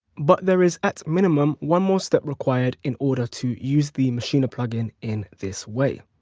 but there is at minimum one more step required in order to use the maschine plugin in this way.